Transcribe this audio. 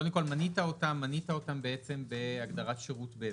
קודם כול מנית אותם, מנית אותם בהגדרת שירות בזק.